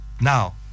now